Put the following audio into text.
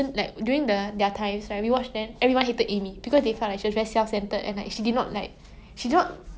then it's jo like in a sense jo's own fault for letting the guy go even though she likes him